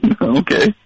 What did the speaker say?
Okay